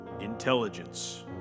Intelligence